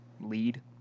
lead